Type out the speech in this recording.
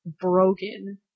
broken